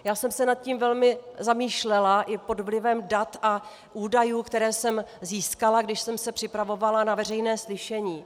Já jsem se nad tím velmi zamýšlela i pod vlivem dat a údajů, které jsem získala, když jsem se připravovala na veřejné slyšení.